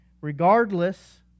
Regardless